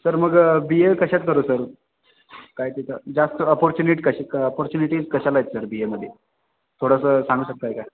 sir मग B A कशात करू सर काय तिथं जास्त अपॉर्च्युनिट कशी क अपॉर्च्युनिटीज कशाला आहेत सर बी एमध्ये थोडंसं सांगू शकताय का